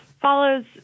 follows